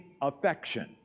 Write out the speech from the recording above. affection